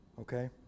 okay